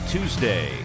Tuesday